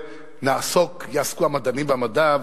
יעסקו המדענים במדע,